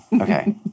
Okay